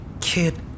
kid